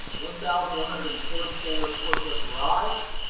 one thousand one hundred and forty four square foot garage